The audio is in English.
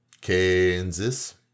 Kansas